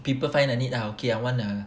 people find a need ah okay I want a